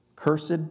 Cursed